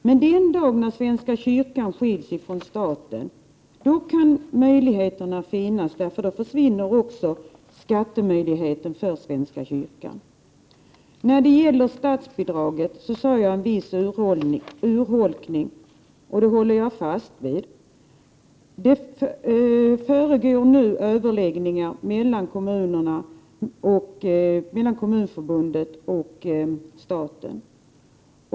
Men den dag när svenska kyrkan skiljs från staten kan möjligheterna öppnas, för då försvinner också möjligheten för svenska kyrkan att ta ut skatt. När det gäller statsbidraget sade jag att det hade varit en viss urholkning, och det håller jag fast vid. Det pågår nu överläggningar mellan Kommunförbundet och staten.